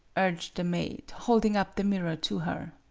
urged the maid, hold ing up the mirror to her.